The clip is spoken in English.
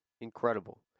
Incredible